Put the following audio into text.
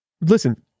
Listen